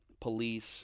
police